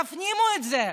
תפנימו את זה.